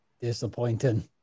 Disappointing